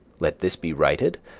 let this be righted,